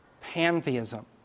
pantheism